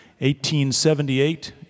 1878